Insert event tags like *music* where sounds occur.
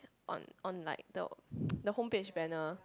on on like the *breath* *noise* the home page banner